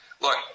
Look